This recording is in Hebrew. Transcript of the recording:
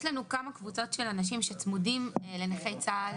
יש לנו כמה קבוצות של אנשים שצמודים לנכי צה"ל